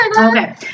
okay